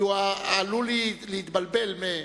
כי הוא עלול להתבלבל.